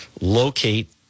locate